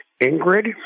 Ingrid